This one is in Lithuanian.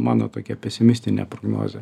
mano tokia pesimistinė prognozė